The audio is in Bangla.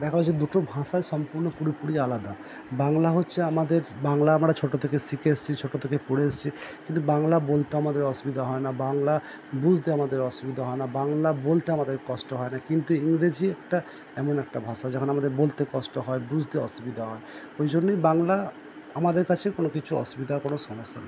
দেখা হচ্ছে দুটো ভাষাই সম্পূর্ণ পুরোপুরি আলাদা বাংলা হচ্ছে আমাদের বাংলা আমরা ছোটো থেকে শিখে এসছি ছোটো থেকে পড়ে এসছি কিন্তু বাংলা বলতে আমাদের অসুবিধা হয় না বাংলা বুঝতে আমাদের অসুবিধা হয় না বাংলা বলতে আমাদের কষ্ট হয় না কিন্তু ইংরেজি একটা এমন একটা ভাষা আমাদের বলতে কষ্ট হয় বুঝতে অসুবিধা হয় ওই জন্যেই বাংলা আমাদের কাছে কোনো কিছু অসুবিধার কোনো সমস্যার